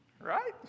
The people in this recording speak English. Right